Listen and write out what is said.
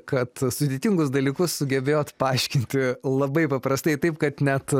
kad sudėtingus dalykus sugebėjot paaiškinti labai paprastai taip kad net